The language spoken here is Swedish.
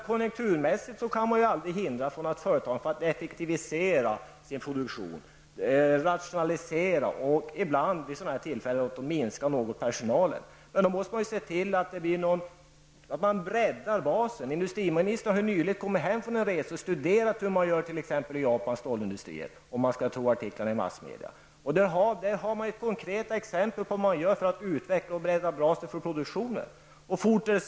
Konjunkturmässigt kan man aldrig hindra ett företag från att effektivisera sin produktion, rationalisera och ibland, vid sådana här tillfällen, minska något på personalen. Då måste man se till att bredda basen. Industriministern har nyligen kommit hem från en resa under vilken han studerat hur man gör i t.ex. Japans stålindustrier, om man skall tro artiklar i massmedia. Där finns konkreta exempel på hur man gör för att utveckla och bredda basen för produktionen.